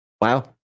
Wow